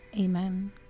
Amen